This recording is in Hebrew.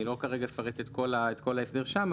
אני לא אפרט כרגע את כל ההסדר שם,